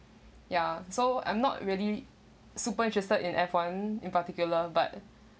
ya so I'm not really super interested in F one in particular but